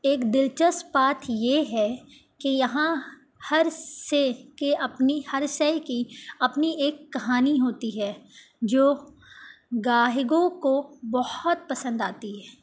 ایک دلچسپ بات یہ ہے کہ یہاں ہر شے کے اپنی ہر شے کی اپنی ایک کہانی ہوتی ہے جو گراہکوں کو بہت پسند آتی ہے